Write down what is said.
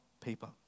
people